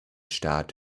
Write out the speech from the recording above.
start